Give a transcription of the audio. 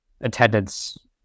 attendance